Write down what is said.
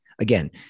Again